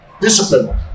discipline